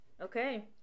Okay